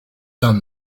done